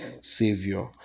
Savior